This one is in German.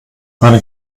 eine